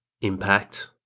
impact